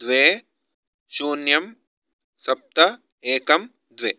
द्वे शून्यं सप्त एकं द्वे